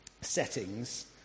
settings